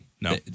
No